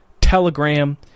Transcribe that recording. Telegram